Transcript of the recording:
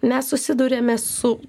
mes susiduriame su